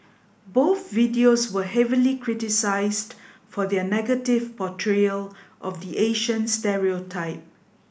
both videos were heavily criticised for their negative portrayal of the Asian stereotype